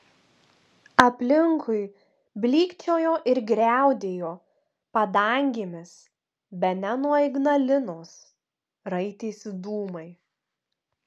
aplinkui blykčiojo ir griaudėjo padangėmis bene nuo ignalinos raitėsi dūmai